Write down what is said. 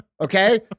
okay